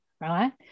right